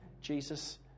Jesus